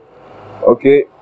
Okay